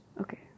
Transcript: okay